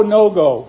Nogo